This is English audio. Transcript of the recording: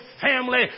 family